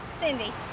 Cindy